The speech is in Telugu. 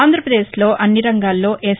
ఆంధ్రాపదేశ్లో అన్ని రంగాల్లో ఎస్